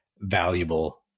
valuable